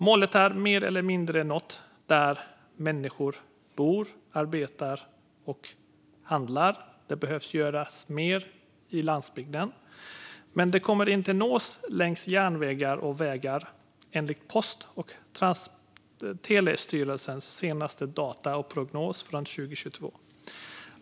Detta är mer eller mindre uppnått där människor bor, arbetar och handlar - det behöver göras mer på landsbygden. Men det kommer inte att uppnås längs järnvägar och vägar enligt Post och telestyrelsens senaste data och prognos från 2022.